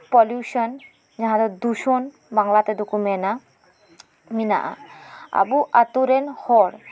pollution ᱡᱟᱦᱟᱸᱨᱮ ᱫᱩᱥᱚᱱ ᱵᱟᱝᱞᱟ ᱛᱮᱫᱚ ᱠᱚ ᱢᱮᱱᱟ ᱢᱮᱱᱟᱜᱼᱟ ᱟᱵᱚ ᱟᱛᱩ ᱨᱮᱱ ᱦᱚᱲ